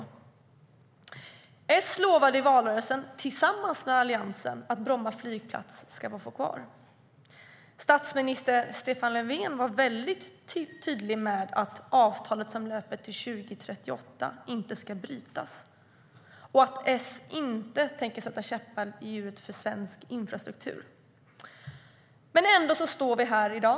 S lovade i valrörelsen tillsammans med Alliansen att Bromma flygplats ska få vara kvar. Statsminister Stefan Löfven var mycket tydlig med att avtalet som löper till 2038 inte ska brytas och att S inte tänker sätta käppar i hjulen för svensk infrastruktur. Ändå står vi här i dag.